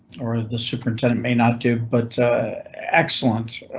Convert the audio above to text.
or the superintendent may not do, but excellent